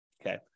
Okay